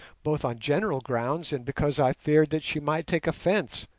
both on general grounds and because i feared that she might take offence,